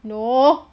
no